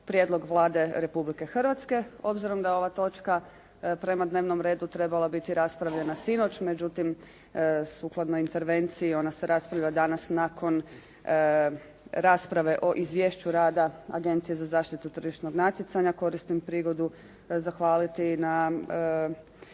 prijedlog Vlade Republike Hrvatske. Obzirom da je ova točka prema dnevnom redu trebala biti raspravljena sinoć, međutim sukladno intervenciji, ona se raspravlja danas nakon rasprave o Izvješću rada Agencije za zaštitu tržišnog natjecanja. Koristim prigodu zahvaliti na